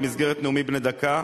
במסגרת נאומים בני דקה,